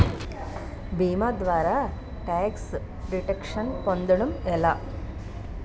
భీమా ద్వారా tax deduction పొందటం ఎలా?